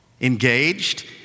engaged